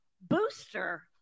booster